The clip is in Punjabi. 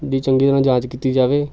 ਦੀ ਚੰਗੀ ਤਰ੍ਹਾਂ ਜਾਂਚ ਕੀਤੀ ਜਾਵੇ